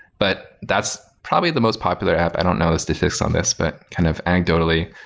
but that's probably the most popular app. i don't know the statistics on this, but kind of anecdotally,